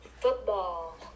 football